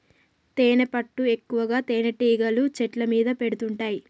తేనెపట్టు ఎక్కువగా తేనెటీగలు చెట్ల మీద పెడుతుంటాయి